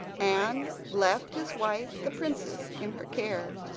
and left his wife, the princess, in her care.